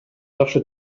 жакшы